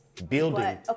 Building